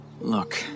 Look